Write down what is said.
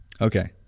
Okay